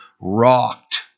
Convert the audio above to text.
rocked